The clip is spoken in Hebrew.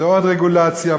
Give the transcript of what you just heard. ועוד רגולציה,